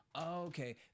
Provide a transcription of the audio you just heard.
okay